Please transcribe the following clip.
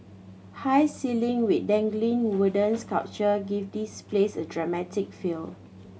high ceiling with dangling woodens sculpture give this place a dramatic feel